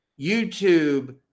YouTube